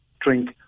drink